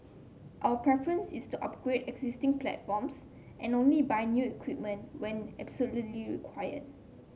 our preference is to upgrade existing platforms and only buy new equipment when absolutely required